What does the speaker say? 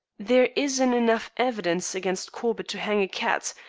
there isn't enough evidence against corbett to hang a cat,